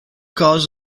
cars